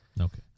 Okay